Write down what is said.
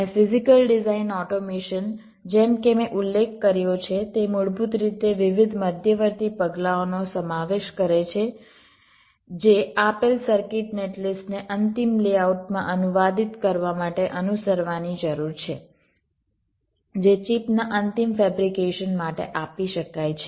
અને physical design automation જેમ કે મેં ઉલ્લેખ કર્યો છે તે મૂળભૂત રીતે વિવિધ મધ્યવર્તી પગલાંઓનો સમાવેશ કરે છે જે આપેલ સર્કિટ નેટ લિસ્ટને અંતિમ લેઆઉટમાં અનુવાદિત કરવા માટે અનુસરવાની જરૂર છે જે ચિપના અંતિમ ફેબ્રિકેશન માટે આપી શકાય છે